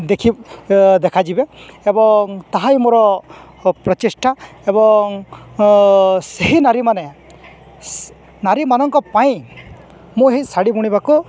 ଦେଖି ଦେଖାଯିବେ ଏବଂ ତାହା ହିଁ ମୋର ପ୍ରଚେଷ୍ଟା ଏବଂ ସେହି ନାରୀମାନେ ନାରୀମାନଙ୍କ ପାଇଁ ମୁଁ ଏହି ଶାଢ଼ୀ ବୁଣିବାକୁ